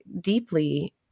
deeply